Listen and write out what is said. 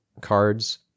cards